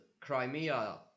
Crimea